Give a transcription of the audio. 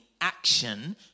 action